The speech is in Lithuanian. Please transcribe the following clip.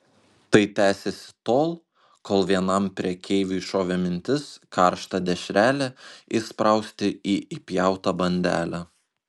tai tęsėsi tol kol vienam prekeiviui šovė mintis karštą dešrelę įsprausti į įpjautą bandelę